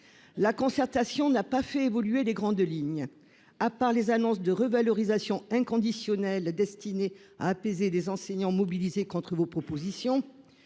La concertation n'a pas fait évoluer les grandes lignes de la réforme. Seules nouveautés : des revalorisations inconditionnelles destinées à apaiser les enseignants mobilisés contre vos propositions